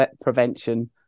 prevention